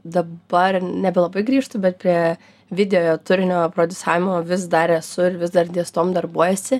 dabar nebelabai grįžtu bet prie video turinio prodisavimo vis dar esu ir vis dar dies tuom darbuojuosi